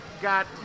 got